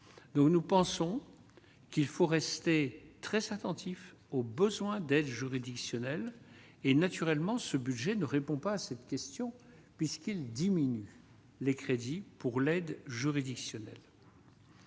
nous pensons qu'il faut rester très s'attentif aux besoins d'aide juridictionnelle et naturellement, ce budget ne répond pas à cette question puisqu'il diminue les crédits pour l'aide juridictionnelle.